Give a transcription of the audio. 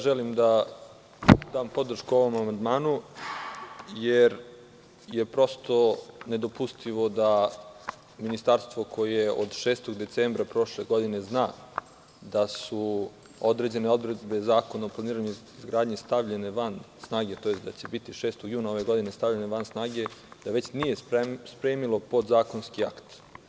Želim da dam podršku ovom amandmanu jer je prosto nedopustivo da ministarstvo, koje od 6. decembra prošle godine zna da su određene odredbe Zakona o planiranju i izgradnji stavljene van snage tj. da će biti 6. juna ove godine stavljene van snage, već nije spremilo podzakonski akt.